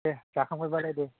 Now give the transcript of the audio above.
दे जाखांबायबालाय दे